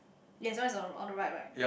yes what is on on the right right